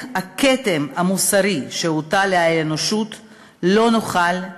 הכתם המוסרי שהוטל על האנושות לא נוכל,